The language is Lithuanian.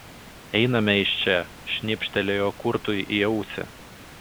einame iš čia šnibžtelėjo kurtui į ausį